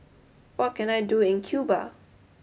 what can I do in Cuba